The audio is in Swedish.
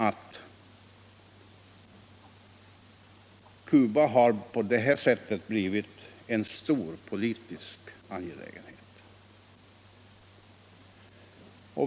Cuba har här blivit en stor politisk angelägenhet.